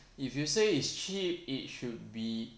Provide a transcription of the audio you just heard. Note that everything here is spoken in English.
if you say it's cheap it should be